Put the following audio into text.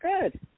good